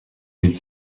mille